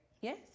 Yes